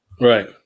Right